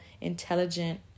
intelligent